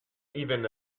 even